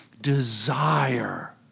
desire